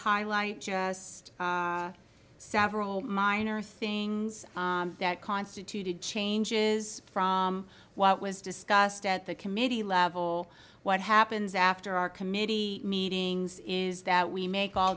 highlight just several minor things that constituted changes from what was discussed at the committee level what happens after our committee meetings is that we make all